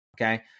okay